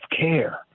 care